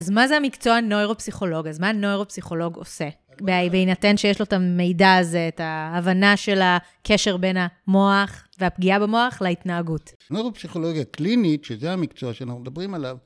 אז מה זה המקצוע נוירו-פסיכולוג? אז מה נוירו-פסיכולוג עושה? בהינתן שיש לו את המידע הזה, את ההבנה של הקשר בין המוח והפגיעה במוח להתנהגות. נוירו-פסיכולוגיה קלינית, שזה המקצוע שאנחנו מדברים עליו.